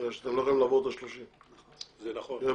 בגלל שאתם לא יכולים לעבור את ה-30 זה ברור,